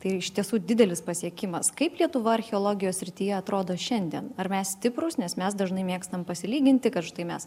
tai iš tiesų didelis pasiekimas kaip lietuva archeologijos srityje atrodo šiandien ar mes stiprūs nes mes dažnai mėgstam pasilyginti kad štai mes